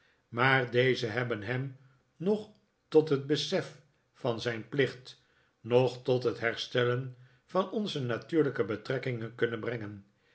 maar deze hebben hem noch tot het besef van zijn plicht noch tot het herstellen van onze natuurlijke betrekking kunnen brengen